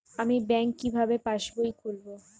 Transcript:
আমি ব্যাঙ্ক কিভাবে পাশবই খুলব?